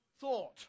thought